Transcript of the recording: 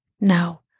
now